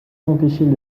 empêcher